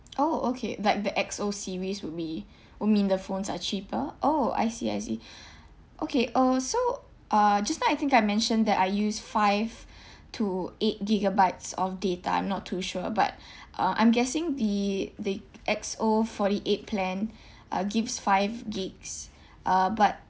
orh okay like the X_O series would be would mean the phones are cheaper orh I see I see okay uh so uh just now I think I mentioned that I use five to eight gigabytes of data I'm not too sure but uh I'm guessing the the X_O forty eight plan uh gives five gigs uh but